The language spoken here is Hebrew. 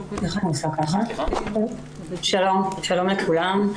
שלום לכולם.